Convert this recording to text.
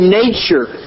nature